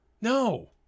no